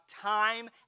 time